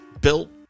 built